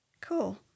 Cool